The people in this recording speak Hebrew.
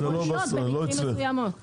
לא אצלך.